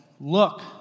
Look